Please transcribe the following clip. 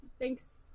Thanks